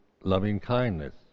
loving-kindness